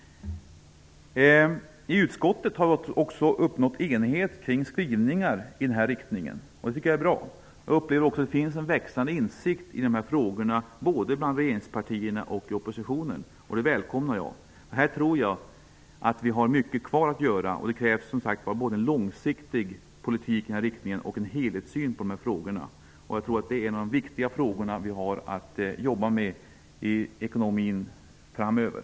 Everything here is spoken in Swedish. I utskottet har vi uppnått enighet kring skrivningar i den här riktningen, och det är bra. Jag upplever också att det finns en växande insikt i de här frågorna, både bland regeringspartierna och i oppositionen, och det välkomnar jag. Här tror jag att vi har mycket kvar att göra, och det krävs både en långsiktig politik i den riktningen och en helhetssyn på dessa frågor. Jag tror att det är en av de viktiga frågor som vi har att jobba med i ekonomin framöver.